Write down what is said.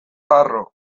harro